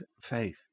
faith